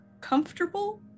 comfortable